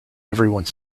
everyone